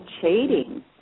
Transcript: cheating